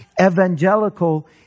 evangelical